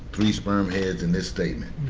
three sperm heads and this statement.